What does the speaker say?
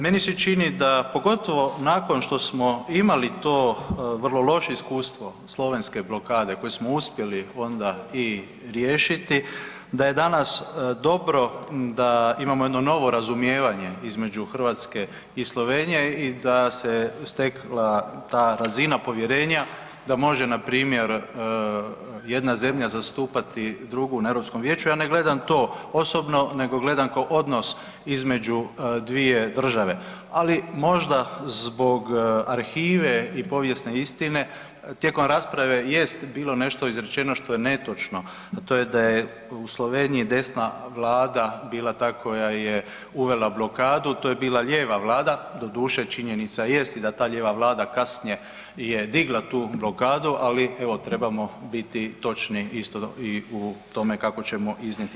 Meni se čini, pogotovo nakon što smo imali to vrlo loše iskustvo slovenske blokade koje smo uspjeli onda i riješiti, da je danas dobro da imamo jedno dobro razumijevanje između Hrvatske i Slovenije i da se stekla ta razina povjerenja da može na primjer jedna zemlja zastupati drugu na Europskom vijeću, ja ne gledam to osobno nego gledam kao odnos između dvije države, ali možda zbog arhive i povijesne istine tijekom rasprave jest bilo nešto izrečeno što je netočno, a to je da je u Sloveniji desna vlada bila ta koja je uvela blokadu, to je bila lijeva vlada, doduše činjenica jest i da ta lijeva vlada kasnije je digla tu blokadu, ali evo trebamo biti točni i u tome kako ćemo iznijeti te činjenice.